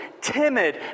timid